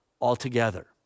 altogether